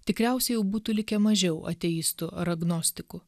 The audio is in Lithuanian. tikriausiai jau būtų likę mažiau ateistų ar agnostikų